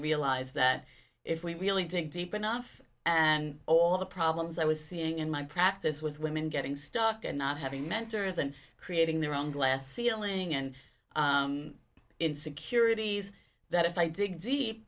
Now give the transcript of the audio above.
realized that if we really dig deep enough and all of the problems i was seeing in my practice with women getting stuck and not having mentors and creating their own glass ceiling and insecurities that if i d